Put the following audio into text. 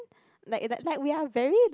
like like we are very like